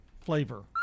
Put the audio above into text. flavor